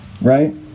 right